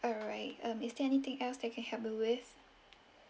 alright um is there anything else that can help you with